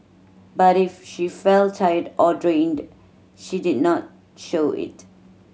but if she felt tired or drained she did not show it